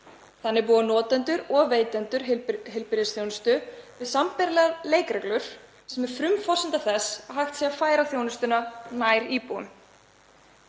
hennar. Því búa notendur og veitendur heilbrigðisþjónustu við sambærilegar leikreglur sem er frumforsenda þess að hægt sé að færa þjónustuna nær íbúum.